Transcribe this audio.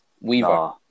Weaver